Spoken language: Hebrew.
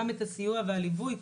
גם את הסיוע והליווי,